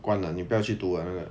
关了你不要去读完了